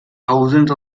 thousands